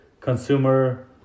consumer